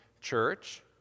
church